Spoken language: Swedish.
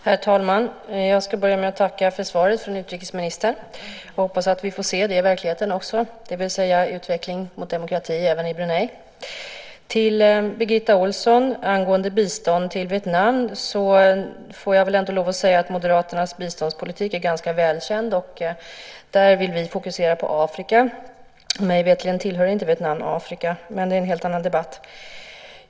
Herr talman! Jag ska börja med att tacka för svaret från utrikesministern. Jag hoppas att vi i verkligheten också får se en utveckling mot demokrati även i Brunei. Till Birgitta Ohlsson, angående bistånd till Vietnam, får jag väl ändå lov att säga att Moderaternas biståndspolitik är ganska välkänd. Vi vill fokusera på Afrika. Mig veterligen ligger inte Vietnam i Afrika, men det är en helt annan debatt.